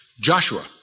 Joshua